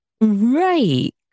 Right